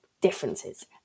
differences